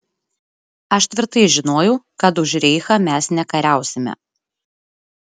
aš tvirtai žinojau kad už reichą mes nekariausime